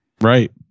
Right